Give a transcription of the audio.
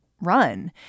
run